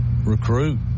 Recruit